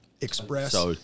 Express